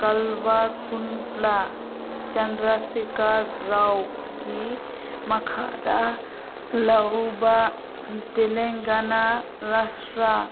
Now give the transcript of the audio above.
ꯀꯜꯕ ꯀꯨꯟꯇꯂꯥ ꯆꯟꯗ꯭ꯔꯁꯦꯛꯀꯔ ꯔꯥꯎꯒꯤ ꯃꯈꯥꯗ ꯂꯧꯕ ꯇꯦꯂꯪꯒꯅꯥ ꯔꯥꯁꯇ꯭ꯔꯥ